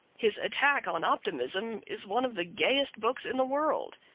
his attack on optimism is one of the gayest books in the world.